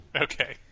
Okay